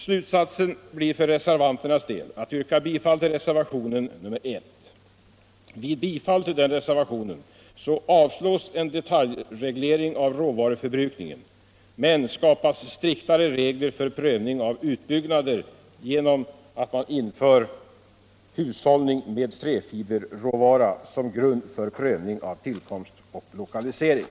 Slutsatsen för reservanternas del blir att yrka bifall till reservationen 1. Vid bifall till den avvisas en detaljreglering av råvaruförbrukningen, men skapas striktare regler för prövning av utbyggnader genom införande av hushållning med träfiberråvara som grund för prövning av tillkomst och lokalisering.